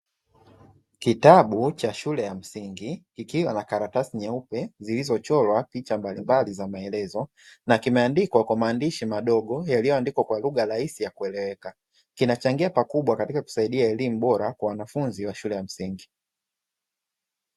Kitabu cha shule ya msingi kikiwa na karatasi nyeupe; zilizochorwa picha mbalimbali za maelezo na kimeandikwa kwa maandishi madogo; yaliyoandikwa kwa lugha rahisi ya kueleweka. Kinachangia pakubwa katika kusaidia elimu bora kwa wanafunzi wa shule ya msingi.